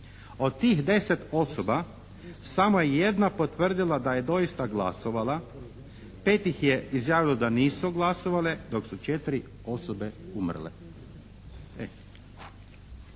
Od tih deset osoba samo je jedna potvrdila da je doista glasovala, pet ih je izjavilo da nisu glasovale dok su četiri osobe umrle.